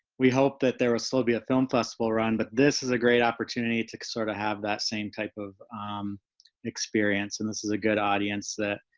we hope that there will ah still be a film festival run, but this is a great opportunity to sort of have that same type of experience. and this is a good audience that